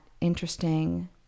interesting